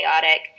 chaotic